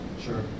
Sure